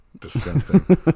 Disgusting